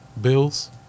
Bills